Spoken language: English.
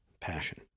Passion